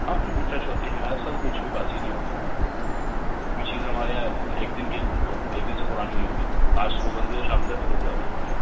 ہاں بالکل فریش ہوتی ہے ہمارے یہاں سر کچھ بھی باسی نہیں ہوتا کچھ بھی چیزیں ہمارے یہاں ایک دن کی ایک دن سے پرانی نہیں ہوتی آج صبح بنتی ہے شام تک ختم ہو جاتی ہے ہمارے یہاں